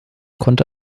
konnte